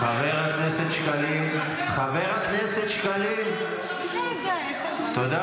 חבר הכנסת שקלים, חבר הכנסת שקלים, תודה.